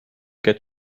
get